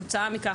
כתוצאה מכך,